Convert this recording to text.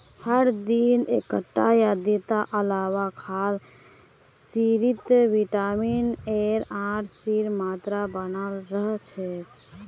हर दिन एकटा या दिता आंवला खाल शरीरत विटामिन एर आर सीर मात्रा बनाल रह छेक